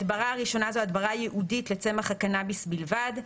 הדברה ייעודית לצמח הקנאביס בלבד,